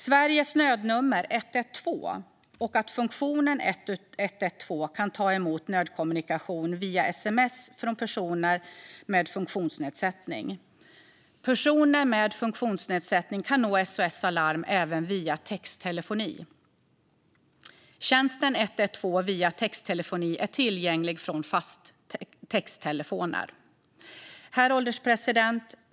SOS Alarm ska kunna ta emot nödkommunikation från personer med funktionsnedsättning via sms till Sveriges nödnummer 112. Det ska även gå att nå SOS Alarm via texttelefoni, och denna tjänst är tillgänglig från fasta texttelefoner. Herr ålderspresident!